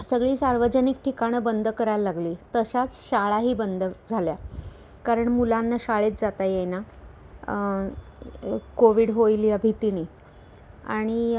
सगळी सार्वजनिक ठिकाणं बंद करायला लागली तशाच शाळाही बंद झाल्या कारण मुलांना शाळेत जाता येईना कोविड होईल या भीतीने आणि